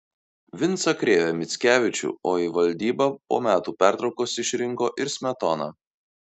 vincą krėvę mickevičių o į valdybą po metų pertraukos išrinko ir smetoną